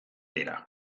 dira